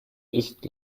ist